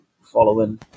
following